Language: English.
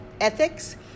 ethics